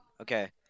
Okay